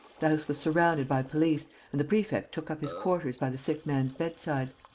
the house was surrounded by police and the prefect took up his quarters by the sick man's bedside.